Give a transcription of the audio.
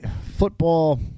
football